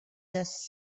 just